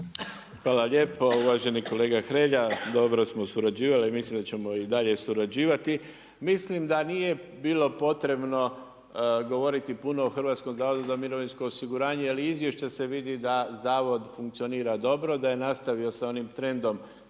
Hvala lijepo uvaženi kolega Hrelja. Dobro smo surađivali, mislim da ćemo i dalje surađivati. Mislim da nije bilo potrebno govoriti o Hrvatskom zavodu za mirovinsko osiguranje jer iz izvješća se vidi da zavod funkcionira dobro, da je nastavio sa onim trendom